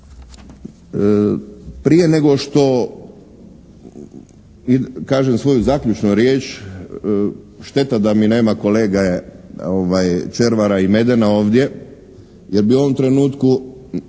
Prije nego što kažem svoju zaključnu riječ šteta da mi nema kolege Červara i Medena ovdje jer bi u ovom trenutku